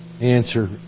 answer